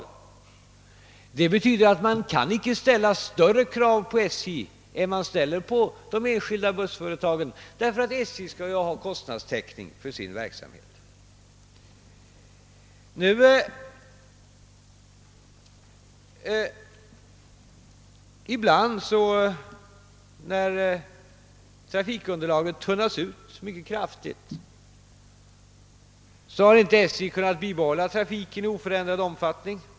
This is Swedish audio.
Men det betyder också att man inte kan ställa större krav på SJ än på de enskilda bussföretagen; SJ skall också ha kostnadstäckning för sin verksamhet. När trafikunderlaget tunnats ut mycket kraftigt har SJ i vissa fall inte kunnat upprätthålla trafiken i oförändrad omfattning.